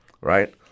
right